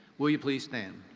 will you please stand.